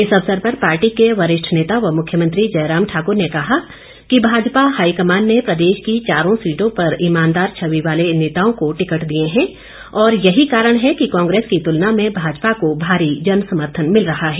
इस अवसर पर पार्टी के वरिष्ठ नेता मुख्यमंत्री जयराम ठाकुर ने कहा कि भाजपा हाईकमान ने प्रदेश की चारों सीटों पर ईमानदार छवि वाले नेताओं को टिकट दिए हैं और यही कारण है कि कांग्रेस की तुलना में भाजपा को भारी जन समर्थन मिल रहा है